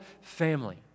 family